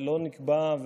לא נקבע,